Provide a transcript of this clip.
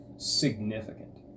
significant